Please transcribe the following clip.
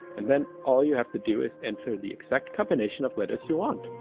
and then all you have to do is enter the exact combination of letters you want!